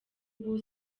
ubu